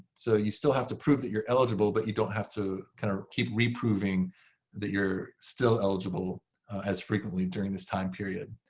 so you still have to prove that you're eligible, but you don't have to kind of keep re-proving that you're still eligible as frequently during this time period.